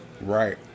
Right